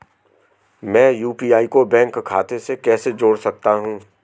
मैं यू.पी.आई को बैंक खाते से कैसे जोड़ सकता हूँ?